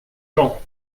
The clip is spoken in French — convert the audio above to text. gens